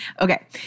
Okay